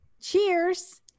cheers